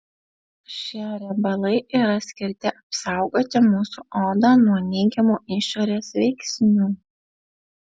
šie riebalai yra skirti apsaugoti mūsų odą nuo neigiamų išorės veiksnių